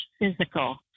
physical